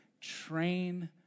Train